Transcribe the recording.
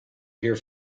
here